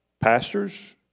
pastors